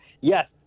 Yes